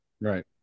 Right